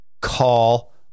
Call